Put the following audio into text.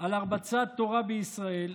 על הרבצת תורה בישראל,